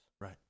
Right